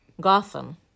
Gotham